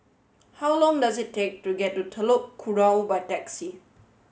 how long does it take to get to Telok Kurau by taxi